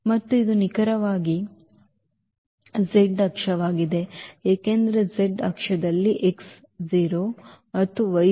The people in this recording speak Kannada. ಮತ್ತು ಇದು ನಿಖರವಾಗಿ z ಅಕ್ಷವಾಗಿದೆ ಏಕೆಂದರೆ z ಅಕ್ಷದಲ್ಲಿ x 0 ಮತ್ತು y 0